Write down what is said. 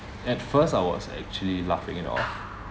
at first I was actually laughing it off